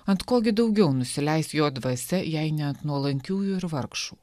ant ko gi daugiau nusileis jo dvasia jei ne ant nuolankiųjų ir vargšų